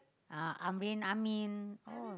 uh Amrin-Amin